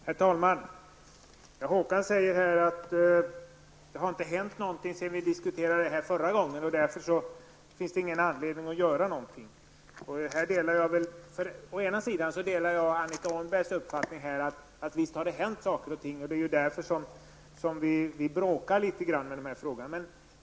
Herr talman! Håkan Strömberg sade att det inte har hänt någonting sedan frågan diskuterades förra gången och att det därför inte finns någon anledning att göra någonting. Å ena sidan delar jag Annika Åhnbergs uppfattning att det har hänt saker och ting. Det är ju därför som vi inte är riktigt överens.